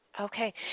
Okay